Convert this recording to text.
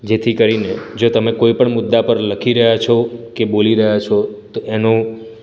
જેથી કરીને જો તમે કોઇ પણ મુદ્દા પર લખી રહ્યા છો કે બોલી રહ્યા છો તો એનો